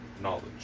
knowledge